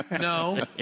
no